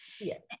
Yes